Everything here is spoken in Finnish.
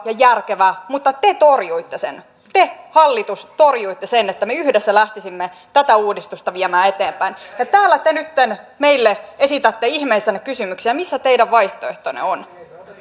ja järkevä mutta te torjuitte sen te hallitus torjuitte sen että me yhdessä lähtisimme tätä uudistusta viemään eteenpäin ja täällä te nytten meille esitätte ihmeissänne kysymyksiä missä teidän vaihtoehtonne ovat me